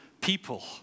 people